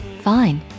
Fine